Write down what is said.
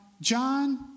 John